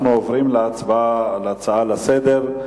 אנחנו עוברים להצבעה על ההצעות לסדר-היום.